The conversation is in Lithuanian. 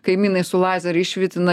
kaimynai su lazeriu jį švitina